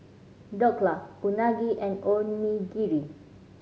Dhokla Unagi and Onigiri